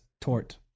tort